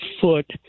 foot